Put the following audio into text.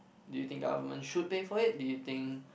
do you think government should pay for it do you think